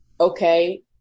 okay